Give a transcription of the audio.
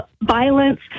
violence